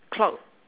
clock